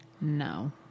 No